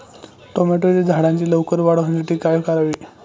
टोमॅटोच्या झाडांची लवकर वाढ होण्यासाठी काय करावे?